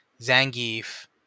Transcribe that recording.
Zangief